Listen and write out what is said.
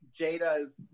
Jada's